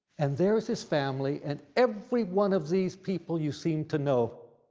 and there's his family and every one of these people you seem to know.